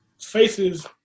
faces